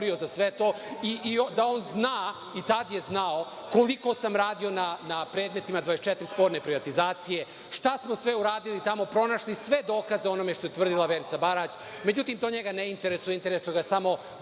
sam se borio za sve to, da on zna i tada je znao koliko sam radio na predmetima 24 sporne privatizacije, šta smo sve uradili tamo. Pronašli sve dokaze koje je tvrdila Verica Barać, međutim to njega ne interesuje, interesuje ga samo